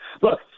look